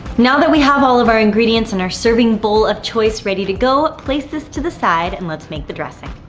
now that we have all of our ingredients and our serving bowl of choice ready to go, place this to the side and let's make the dressing.